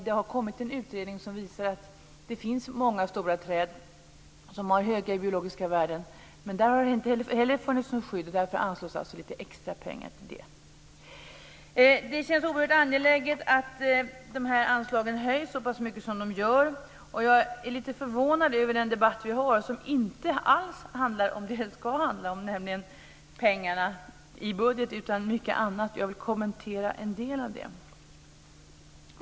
Det har kommit en utredning som visar att det finns många stora träd som har höga biologiska värden, men där har inte heller funnits något skydd. Därför anslås lite extra pengar till det. Det känns oerhört angeläget att de här anslagen höjs så pass mycket som nu görs. Jag är lite förvånad över den debatt vi har som inte alls handlar om det som det ska handla om, nämligen pengarna i budgeten utan om mycket annat. Jag vill kommentera en del av det.